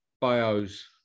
Bios